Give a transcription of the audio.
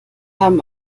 haben